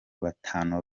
batanu